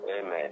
Amen